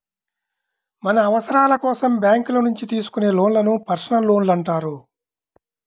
మన అవసరాల కోసం బ్యేంకుల నుంచి తీసుకునే లోన్లను పర్సనల్ లోన్లు అంటారు